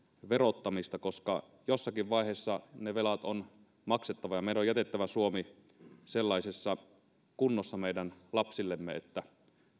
verottamista koska jossakin vaiheessa ne velat on maksettava ja meidän on jätettävä suomi sellaisessa kunnossa meidän lapsillemme että